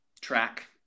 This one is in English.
track